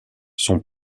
son